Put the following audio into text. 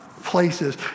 Places